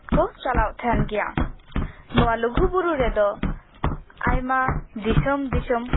ᱠᱚ ᱪᱟᱞᱟᱜ ᱛᱟᱦᱮᱱ ᱜᱮᱭᱟ ᱱᱚᱣᱟ ᱞᱩᱜᱩᱼᱵᱩᱨᱩ ᱨᱮᱫᱚ ᱟᱭᱢᱟ ᱫᱤᱥᱚᱢ ᱫᱤᱥᱚᱢ